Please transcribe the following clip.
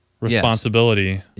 responsibility